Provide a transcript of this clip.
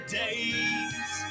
days